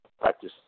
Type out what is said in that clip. practice